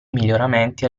miglioramenti